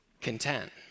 Content